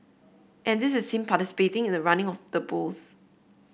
and this is him participating in the running of the bulls